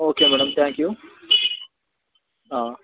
okay madam thank you